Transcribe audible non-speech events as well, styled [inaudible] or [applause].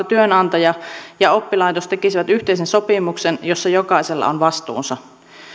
[unintelligible] työnantaja ja oppilaitos tekisivät yhteisen sopimuksen jossa jokaisella on vastuunsa